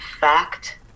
fact